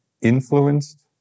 influenced